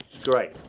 great